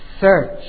search